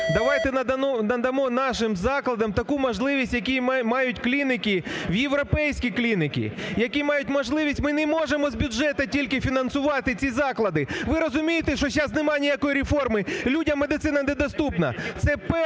Давайте надамо нашим закладам таку можливість, яку мають клініки, європейські клініки, які мають можливість… Ми не можемо з бюджету тільки фінансувати ці заклади, ви розумієте, що зараз немає ніякої реформи, людям медицина не доступна.